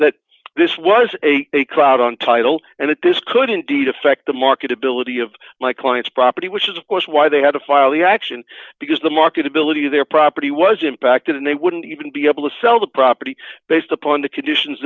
that this was a cloud on title and that this could indeed affect the marketed lety of my client's property which is of course why they had to file the action because the marketability of their property was impacted and they wouldn't even be able to sell the property based upon the conditions